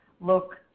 look